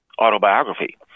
autobiography